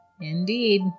Indeed